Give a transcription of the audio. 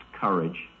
courage